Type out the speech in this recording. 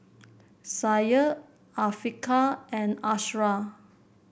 Syah Afiqah and Ashraf